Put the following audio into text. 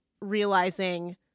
realizing